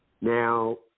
now